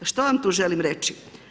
Što vam tu želim reći?